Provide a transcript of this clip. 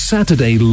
Saturday